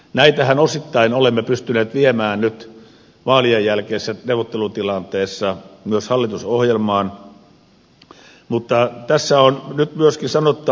näitähän osittain olemme pystyneet viemään nyt vaalien jälkeisessä neuvottelutilanteessa myös hallitusohjelmaan mutta tässä on nyt myös kisa mutta